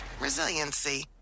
resiliency